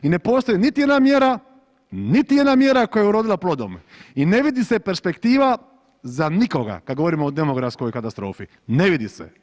I ne postoji niti jedna mjera, niti jedna mjera koja je urodila plodom i ne vidi se perspektiva za nikoga, kad govorimo o demografskoj katastrofi, ne vidi se.